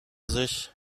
sich